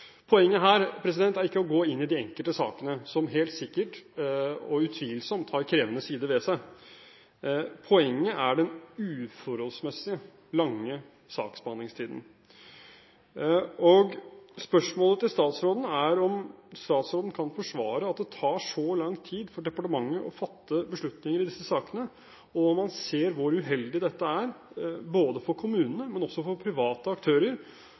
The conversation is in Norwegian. Poenget her er ikke å gå inn i de enkelte sakene, som helt sikkert og utvilsomt har krevende sider ved seg. Poenget er den uforholdsmessig lange saksbehandlingstiden. Spørsmålet til statsråden er om statsråden kan forsvare at det tar så lang tid for departementet å fatte beslutninger i disse sakene, og om man ser hvor uheldig dette er, både for kommunene og private aktører,